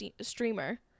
streamer